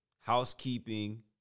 housekeeping